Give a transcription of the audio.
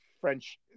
French